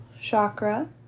Chakra